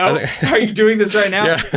are you doing this right now? yeah.